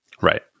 Right